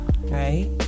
right